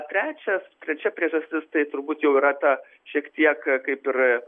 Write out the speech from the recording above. trečias trečia priežastis tai turbūt jau yra ta šiek tiek kaip ir